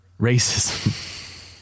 racism